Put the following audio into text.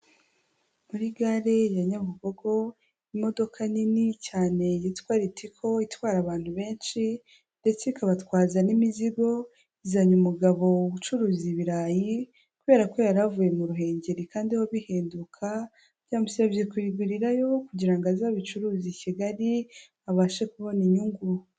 Muri gare ya Nyabugogo, imodoka nini cyane yitwa ritiko itwara abantu benshi ndetse ikabatwaza n'imizigo, izanye umugabo ucuruza ibirayi kubera ko yari avuye mu ruhengeri kandi ho bihenduka, byamusabye kubigurirayo kugira ngo aze abicuruze i Kigali abashe kubona inyungu.